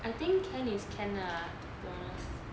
I think can is can lah to be honest